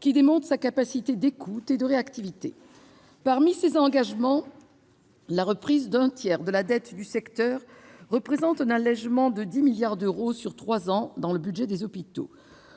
qui démontre sa capacité d'écoute et sa réactivité. Parmi ces engagements, la reprise d'un tiers de la dette du secteur représente un allégement de 10 milliards d'euros sur trois ans pour le budget des hôpitaux.